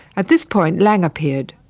at this point lang appeared.